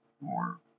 more